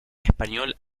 español